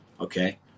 Okay